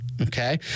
Okay